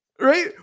Right